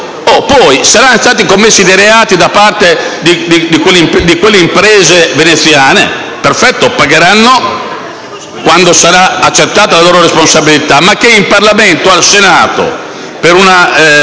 che sono stati commessi reati da parte di quelle imprese veneziane, perfetto: pagheranno quando sarà accertata la loro responsabilità. Ma che in Parlamento, al Senato, per una